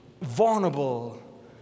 vulnerable